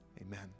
amen